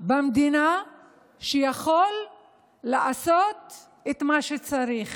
במדינה שיכול לעשות את מה שצריך